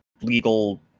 legal